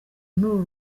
n’uru